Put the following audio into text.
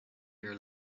your